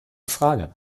frage